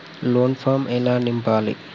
Loan form ఎలా నింపాలి?